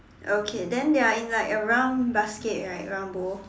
okay then they are in like a round basket right a round bowl